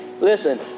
listen